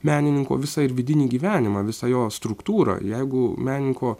menininko visą ir vidinį gyvenimą visą jo struktūrą jeigu menininko